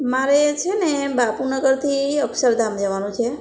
મારે છેને બાપુનગરથી અક્ષરધામ જવાનું છે